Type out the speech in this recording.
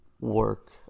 work